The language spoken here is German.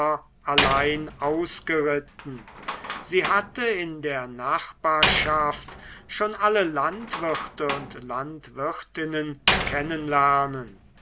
allein ausgeritten sie hatte in der nachbarschaft schon alle landwirte und landwirtinnen